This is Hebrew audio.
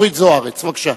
זוארץ, בבקשה.